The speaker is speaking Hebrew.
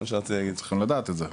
זה מה שאני אומר, צריכים לדעת את זה.